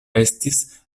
estis